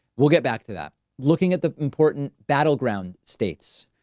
we'll get back to that. looking at the important battleground states,